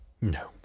No